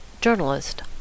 Journalist